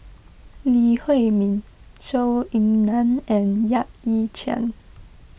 Lee Huei Min Zhou Ying Nan and Yap Ee Chian